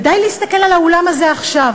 ודי להסתכל על האולם הזה עכשיו,